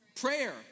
prayer